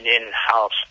in-house